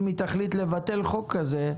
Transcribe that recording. אם היא תחליט לבטל חוק כזה,